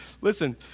Listen